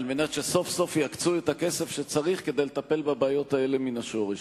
כדי שסוף-סוף יקצו את הכסף שצריך כדי לטפל בבעיות האלה מן השורש.